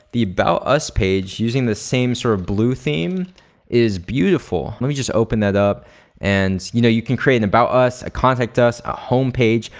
the about us page using the same sort of blue theme is beautiful. let me just open that up and you know you can create an about us, a contact us, a homepage.